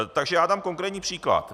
Takže dám konkrétní příklad.